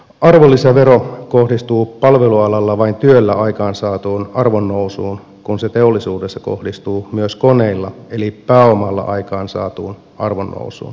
arvonlisävero kohdistuu palvelualalla vain työllä aikaansaatuun arvonnousuun kun se teollisuudessa kohdistuu myös koneilla eli pääomalla aikaansaatuun arvonnousuun